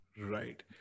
Right